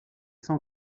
sans